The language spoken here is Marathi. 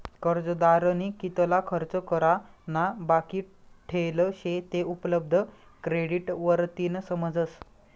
कर्जदारनी कितला खर्च करा ना बाकी ठेल शे ते उपलब्ध क्रेडिट वरतीन समजस